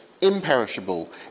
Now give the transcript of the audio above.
imperishable